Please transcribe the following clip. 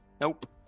nope